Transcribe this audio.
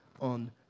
on